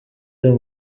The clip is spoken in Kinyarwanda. uyu